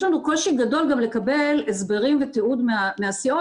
יש לנו קושי גדול גם לקבל הסברים ותיעוד מהסיעות